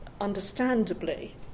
understandably